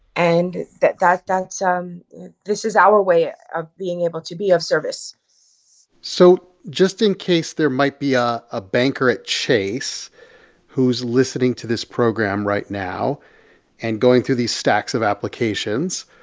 and that's that's um this is our way ah of being able to be of service so just in case there might be a ah banker at chase who's listening to this program right now and going through these stacks of applications,